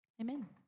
amen